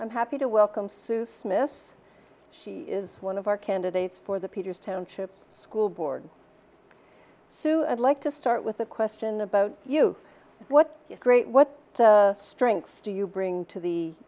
i'm happy to welcome sue smith she is one of our candidates for the peters township school board so i'd like to start with a question about you what is great what the strengths do you bring to the